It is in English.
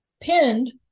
pinned